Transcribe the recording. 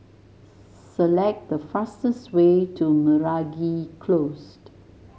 select the fastest way to Meragi Close